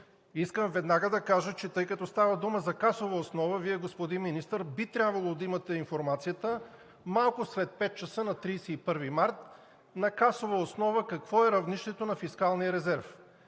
Искам веднага да кажа, тъй като става дума за касова основа, Вие, господин Министър, би трябвало да имате информацията малко след 17,00 часа на 31 март на касова основа какво е равнището на фискалния резерв,